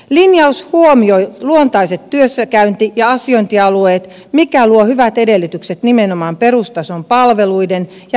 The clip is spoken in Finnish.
linjaus huomioi luontaiset työssäkäynti ja asiointialueet mikä luo hyvät edellytykset nimenomaan perustason palveluiden ja lähipalveluiden kehittämiselle